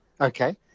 Okay